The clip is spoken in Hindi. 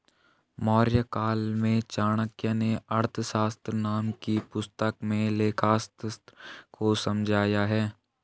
मौर्यकाल में चाणक्य नें अर्थशास्त्र नाम की पुस्तक में लेखाशास्त्र को समझाया है